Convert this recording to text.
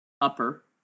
upper